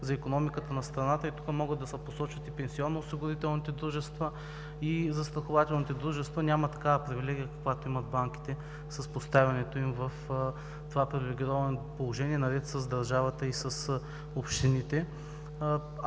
за икономиката на страната, тук могат да се посочат и пенсионно осигурителните дружества, и застрахователните дружества, няма такава привилегия, каквато имат банките с поставянето им в това привилегировано положение, наред с държавата и с общините. Ако